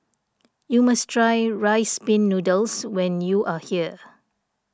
you must try Rice Pin Noodles when you are here